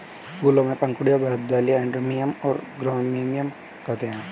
फूलों में पंखुड़ियाँ, बाह्यदल, एंड्रोमियम और गाइनोइकियम होते हैं